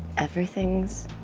everything's.